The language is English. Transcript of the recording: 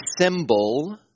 symbol